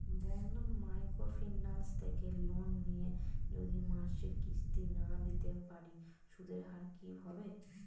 বন্ধন micro finance থেকে loan নিয়ে যদি মাসিক কিস্তি না দিতে পারি সুদের হার কি হবে?